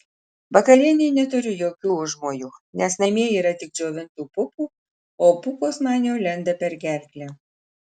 vakarienei neturiu jokių užmojų nes namie yra tik džiovintų pupų o pupos man jau lenda per gerklę